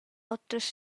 oters